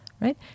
right